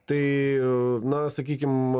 tai na sakykim